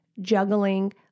juggling